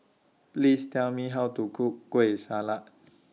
Please Tell Me How to Cook Kueh Salat